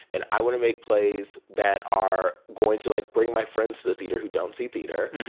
and i want to make plays that are going to, like, bring my friends to the theater who don't see theater.